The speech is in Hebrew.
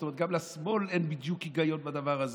זאת אומרת גם לשמאל אין בדיוק היגיון בדבר הזה,